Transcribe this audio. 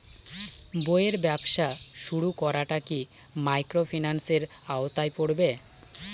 বইয়ের ব্যবসা শুরু করাটা কি মাইক্রোফিন্যান্সের আওতায় পড়বে?